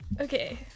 okay